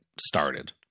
started